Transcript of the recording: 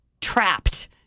trapped